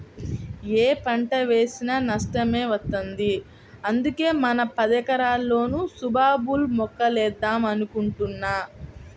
యే పంట వేసినా నష్టమే వత్తంది, అందుకే మన పదెకరాల్లోనూ సుబాబుల్ మొక్కలేద్దాం అనుకుంటున్నా